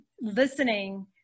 listening